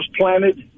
planted